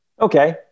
Okay